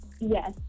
Yes